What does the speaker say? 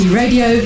radio